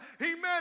Amen